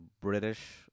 British